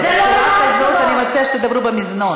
בצורה כזאת אני מציעה שתדברו במזנון,